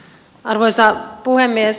arvoisa puhemies